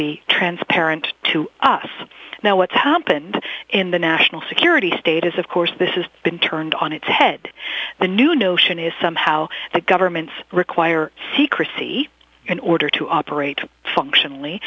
be transparent to us now what's happened in the national security state is of course this is been turned on its head the new notion is somehow that governments require secrecy in order to operate functionally